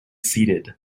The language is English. seated